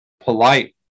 polite